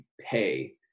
pay